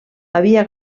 havia